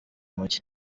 mujyi